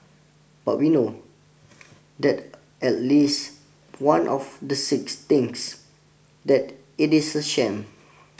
but we know that at least one of the six thinks that it is a sham